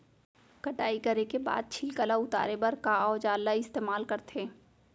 कटाई करे के बाद छिलका ल उतारे बर का औजार ल इस्तेमाल करथे?